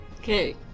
Okay